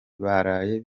baraye